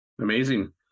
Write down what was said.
Amazing